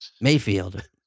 Mayfield